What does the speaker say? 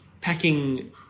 packing